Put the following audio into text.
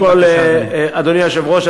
אדוני, בבקשה.